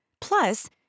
Plus